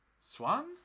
Swan